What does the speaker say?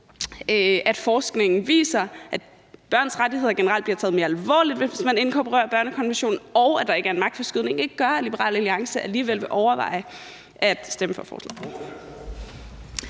Når forskningen viser, at børns rettigheder generelt bliver taget mere alvorligt, hvis man inkorporerer børnekonventionen, og at der ikke er en magtforskydning, kunne jeg egentlig godt tænke mig at høre ordføreren,